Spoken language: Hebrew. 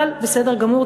אבל בסדר גמור,